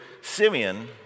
Simeon